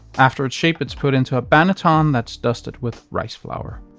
after it's shaped, it's put into a banneton that's dusted with rice flour.